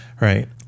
right